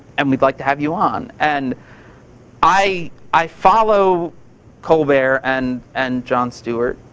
and we'd like to have you on. and i i follow colbert and and jon stewart